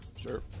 Sure